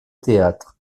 théâtre